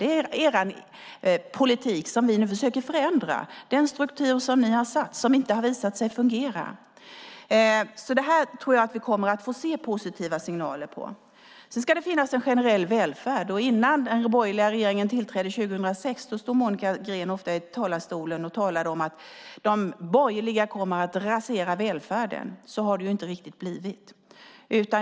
Det är er politik som vi nu försöker förändra, den struktur som ni har satt som inte har visat sig fungera. Jag tror att vi kommer att få se positiva signaler av detta. Sedan ska det finnas en generell välfärd. Innan den borgerliga regeringen tillträdde 2006 stod Monica Green ofta i talarstolen och talade om att de borgerliga kommer att rasera välfärden. Så har det inte riktigt blivit.